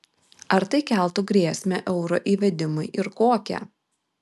ar tai keltų grėsmę euro įvedimui ir kokią